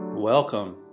Welcome